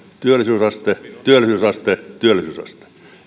työllisyysaste työllisyysaste työllisyysaste